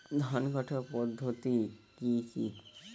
ধান কাটার পদ্ধতি কি কি?